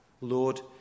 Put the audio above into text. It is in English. Lord